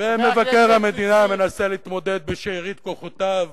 ומבקר המדינה מנסה להתמודד בשארית כוחותיו,